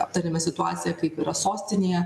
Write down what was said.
aptarėme situaciją kaip yra sostinėje